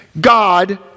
God